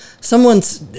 Someone's